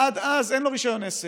עד אז, אין לו רישיון עסק.